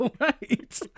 Right